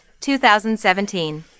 2017